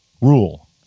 rule